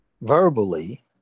verbally